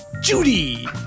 Judy